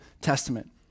Testament